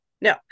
No